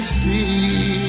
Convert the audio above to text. see